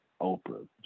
Oprah